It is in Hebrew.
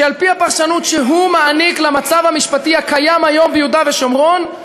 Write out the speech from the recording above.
שעל-פי הפרשנות שהוא מעניק למצב המשפטי הקיים היום ביהודה ושומרון,